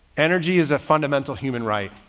energy is a fundamental human right.